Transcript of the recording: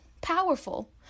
powerful